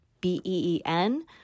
B-E-E-N